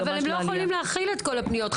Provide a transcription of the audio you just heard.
--- אבל הם לא יכולים להכיל את כל הפניות,